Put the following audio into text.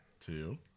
two